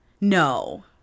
No